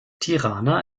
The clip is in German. tirana